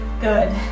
Good